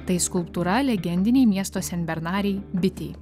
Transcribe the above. tai skulptūra legendinei miesto senbernarei bitei